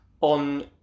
on